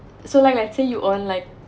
so like let's say you earn like